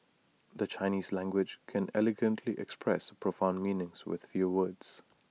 the Chinese language can elegantly express profound meanings with few words